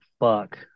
fuck